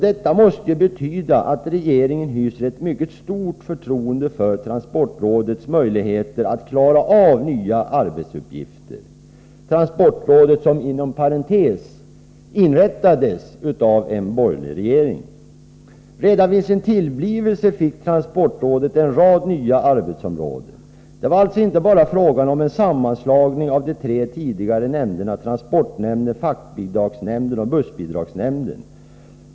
Detta måste betyda att regeringen hyser ett mycket stort förtroende för transportrådets möjligheter att klara av nya arbetsuppgifter — transportrådet inrättades f.ö. av en borgerlig regering. Redan vid sin tillblivelse fick transportrådet en rad nya arbetsområden. Det var alltså inte bara fråga om en sammanslagning av de tre tidigare organen transportnämnden, fraktbidragsnämnden och bussbidragsnämnden.